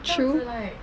true